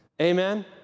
Amen